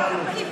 שאלנו.